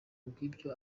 bw’ibyo